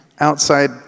outside